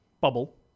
bubble